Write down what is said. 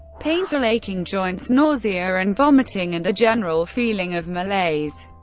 painful aching joints, nausea and vomiting, and a general feeling of malaise.